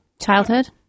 Childhood